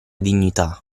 dignità